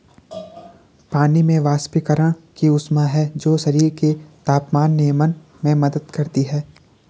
पानी में वाष्पीकरण की ऊष्मा है जो शरीर के तापमान नियमन में मदद करती है